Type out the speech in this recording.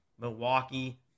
Milwaukee